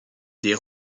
des